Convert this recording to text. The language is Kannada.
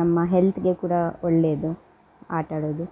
ನಮ್ಮ ಹೆಲ್ತ್ಗೆ ಕೂಡ ಒಳ್ಳೆದು ಆಟ ಆಡೋದು